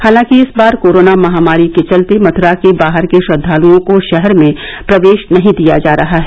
हालांकि इस बार कोरोना महामारी के चलते मथुरा के बाहर के श्रद्वालुओं को शहर में प्रवेश नहीं दिया जा रहा है